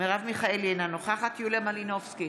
מרב מיכאלי, אינה נוכחת יוליה מלינובסקי,